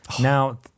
Now